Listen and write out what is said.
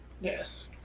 Yes